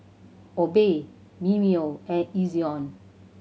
Obey Mimeo and Ezion